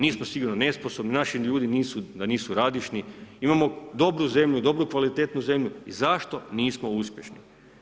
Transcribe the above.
Mi smo sigurno nesposobni, naši ljudi nisu, da nisu radišni, imamo dobru zemlju, dobru kvalitetnu zemlju i zašto nismo uspješni.